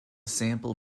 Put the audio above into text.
sample